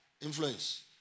Influence